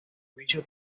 juicio